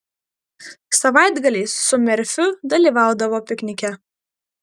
savaitgaliais su merfiu dalyvaudavo piknike